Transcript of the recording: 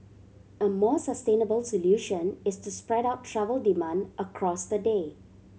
a more sustainable solution is to spread out travel demand across the day